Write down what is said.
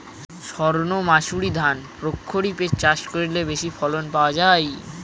সর্ণমাসুরি ধান প্রক্ষরিপে চাষ করলে বেশি ফলন পাওয়া যায়?